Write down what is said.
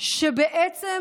שבעצם